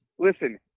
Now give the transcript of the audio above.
Listen